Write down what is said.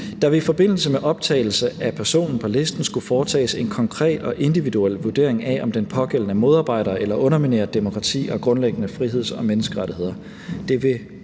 Der vil i forbindelse med optagelse af personen på listen skulle foretages en konkret og individuel vurdering af, om den pågældende modarbejder eller underminerer demokrati og grundlæggende friheds- og menneskerettigheder.